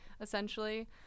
essentially